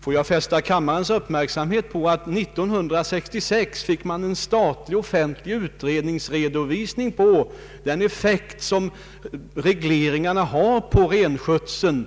Får jag fästa kammarens uppmärksamhet på att år 1966 avlämnades en statlig offentlig utredning som redovisade den effekt som regleringarna har haft på renskötseln.